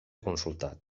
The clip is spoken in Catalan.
consultat